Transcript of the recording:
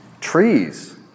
Trees